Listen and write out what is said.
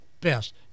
best